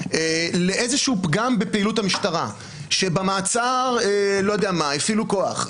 לאיזשהו פגם בפעילות המשטרה שבמעצר הפעילו כוח,